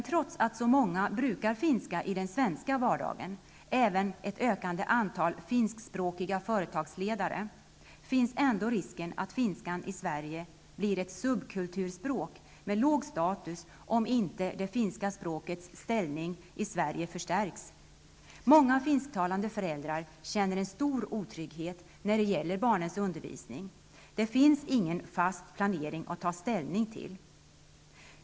Trots att så många brukar finska i den svenska vardagen -- även ett ökande antal finskspråkiga företagsledare -- finns ändå risken att finskan i Sverige blir ett subkulturspråk med låg status, om inte det finska språkets ställning i Sverige förstärks. Många finsktalande föräldrar känner en stor otrygghet när det gäller barnens undervisning. Det finns ingen fast planering att ta ställning till.